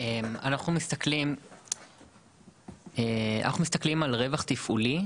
אנחנו מסתכלים על רווח תפעולי,